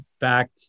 back